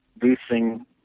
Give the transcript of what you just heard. boosting